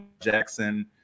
Jackson